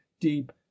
deep